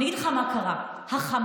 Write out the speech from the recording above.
אני אגיד לך מה קרה: החמאס